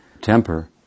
temper